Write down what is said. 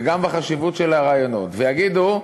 וגם בחשיבות של הרעיונות, ויגידו,